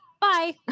Bye